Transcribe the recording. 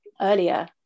earlier